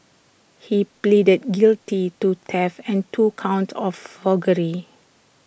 he pleaded guilty to theft and two counts of forgery